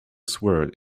sword